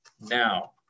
now